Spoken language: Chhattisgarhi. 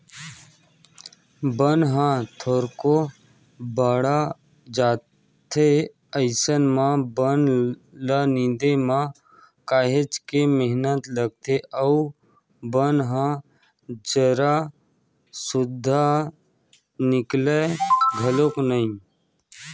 बन ह थोरको बाड़ जाथे अइसन म बन ल निंदे म काहेच के मेहनत लागथे अउ बन ह जर सुद्दा निकलय घलोक नइ